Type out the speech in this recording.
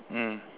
mm